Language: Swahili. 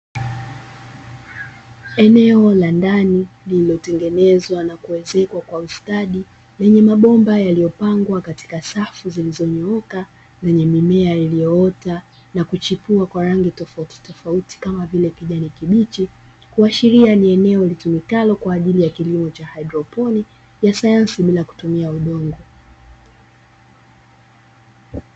Eneo la ndani, lililotengenezwa na kuezekwa kwa ustadi, lenye mabomba yaliyopangwa katika safu zilizonyooka zenye mimea iliyoota na kuchipua kwa rangi tofauti tofauti, kama vile kijani kibichi. Kuashiria ni eneo litumikalo kwa ajili ya kilimo cha haidroponi ya sayansi bila kutumia udongo.